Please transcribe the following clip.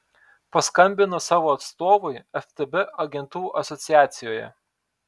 paskambino savo atstovui ftb agentų asociacijoje